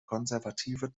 konservative